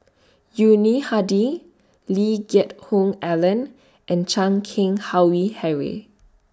Yuni Hadi Lee Geck Hoon Ellen and Chan Keng Howe Harry